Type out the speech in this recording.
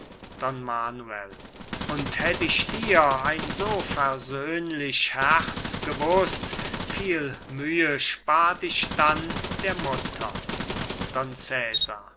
manuel und hätt ich dir ein so versöhnlich herz gewußt viel mühe spart ich dann der mutter